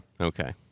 Okay